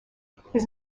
his